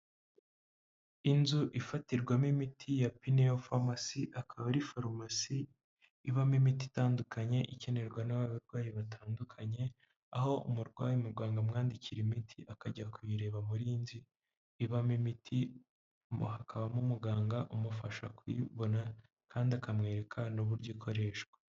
Inzu ifatirwamo imiti ya Peniel Pharmacy akaba ari farumasi ibamo imiti itandukanye ikenerwa n'abarwayi batandukanye aho umurwayi muganga amwandikira imiti akajya kuyireba muriy’inzu ibamo imiti ngo hakabamo umuganga umufasha kuyibona kandi akamwereka n'uburyo ikoreshwa.